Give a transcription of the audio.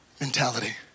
mentality